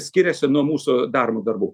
skiriasi nuo mūsų daromų darbų